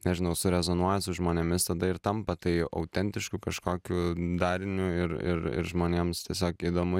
nežinau surezonuoja su žmonėmis tada ir tampa tai autentišku kažkokiu dariniu ir ir ir žmonėms tiesiog įdomu